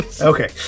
Okay